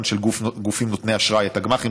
של גופים נותני אשראי את הגמ"חים.